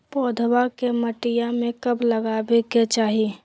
पौधवा के मटिया में कब लगाबे के चाही?